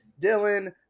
Dylan